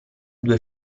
due